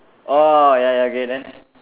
orh ya ya okay then